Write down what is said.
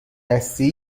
دستی